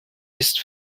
ist